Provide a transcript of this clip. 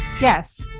Yes